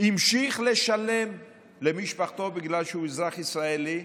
המשיך לשלם את כל הזכויות למשפחתו בגלל שהוא אזרח ישראלי.